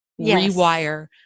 rewire